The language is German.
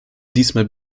diesmal